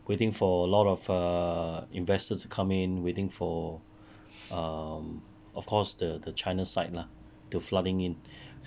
waiting for a lot of err investors to come in waiting for um of course the the china's side lah to flooding in